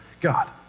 God